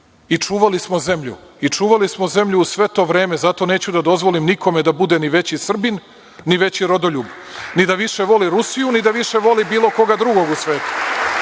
91. na 59. mesto. I čuvali smo zemlju sve to vreme, zato neću da dozvolim nikome da bude ni veći Srbin, ni veći rodoljub, ni da više voli Rusiju, ni da više voli bilo koga drugog u svetu.